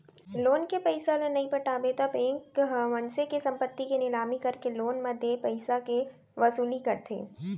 loan के पइसा ल नइ पटाबे त बेंक ह मनसे के संपत्ति के निलामी करके लोन म देय पइसाके वसूली करथे